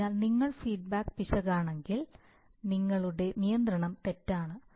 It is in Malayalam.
അതിനാൽ നിങ്ങൾ ഫീഡ്ബാക്ക് പിശകാണെങ്കിൽ നിങ്ങളുടെ നിയന്ത്രണം തെറ്റാണ്